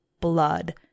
blood